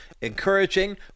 encouraging